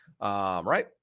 Right